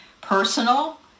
personal